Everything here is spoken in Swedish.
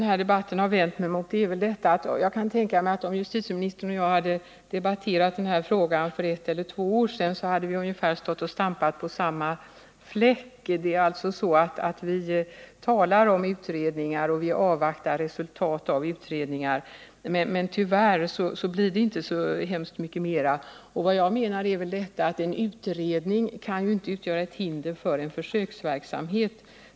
Herr talman! Jag kan tänka mig att om justitieministern och jag hade debatterat den här frågan för ett eller två år sedan, så hade vi i dag stått och stampat på samma fläck som då. Det är det jag har vänt mig emot i den här debatten. Vi talar om utredningar och vi avvaktar resultat av utredningar, men tyvärr blir det inte så mycket mera. Jag menar att en utredning inte kan utgöra ett hinder för en försöksverksamhet.